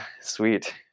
sweet